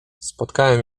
spotkałem